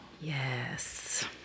Yes